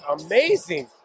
amazing